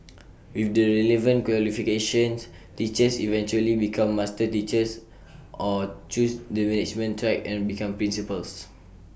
with the relevant qualifications teachers eventually become master teachers or choose the management track and become principals